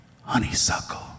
honeysuckle